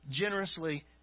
generously